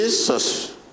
Jesus